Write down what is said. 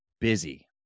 busy